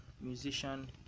musician